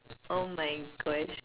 oh my Gosh